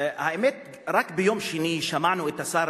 האמת, רק ביום שני שמענו את השר